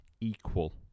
equal